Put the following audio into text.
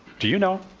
do you know?